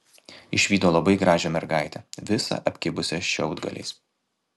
išvydo labai gražią mergaitę visą apkibusią šiaudgaliais